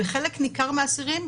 חלק ניכר מהאסירים,